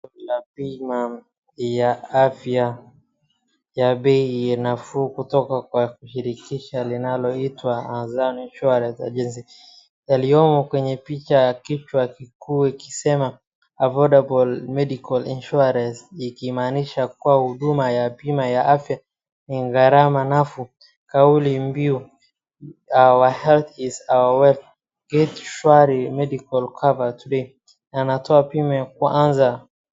Bima ya afya ya bei nafuu kutoka kwa shirikisho linaloitwa ANZIANO INSURANCE AGENCY , yaliyomo kwenye picha ya kichwa kikuu ikisema AFFORDABLE MEDICAL INSURANCE , ikimaanisha kuwa huduma ya bima ya afya ni gharama nafuu, kauli mbiu Your Health, is your wealth. Get ShwAARI medical cover Today. Anatoa bima kuanza...